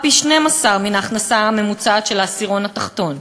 פי-12 מן ההכנסה הממוצעת של העשירון התחתון,